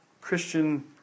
Christian